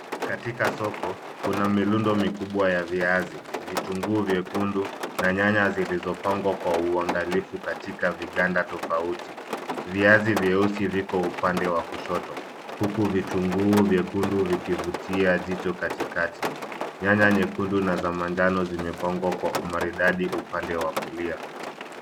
Katika soko kuna milundo mikubwa ya viazi, vitunguu vyekundu na nyanya zilizopangwa kwa uangalifu katika viganda tofauti. Viazi vyeusi viko upande wa kushoto uku vitunguu vyekundu vikivutia jicho katikati. Nyanya nyekundu na za manjano zimepangwa kwa umaridadi upande wa kulia.